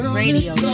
radio